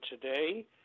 today